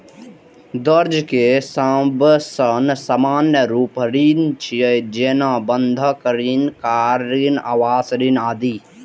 कर्ज के सबसं सामान्य रूप ऋण छियै, जेना बंधक ऋण, कार ऋण, आवास ऋण आदि